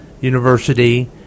University